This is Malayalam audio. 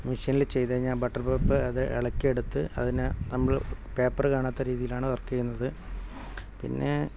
മിഷ്യനിൽ ചെയ്തു കഴിഞ്ഞാൽ ബട്ടർ പേപ്പർ അത് ഇളക്കിയെടുത്ത് അതിനെ നമ്മൾ പേപ്പർ കാണാത്ത രീതിയിലാണ് വർക്ക് ചെയ്യുന്നത് പിന്നെ